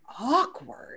awkward